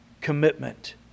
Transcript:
commitment